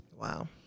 Wow